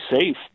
safe